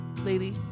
lady